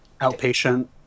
outpatient